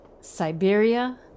Siberia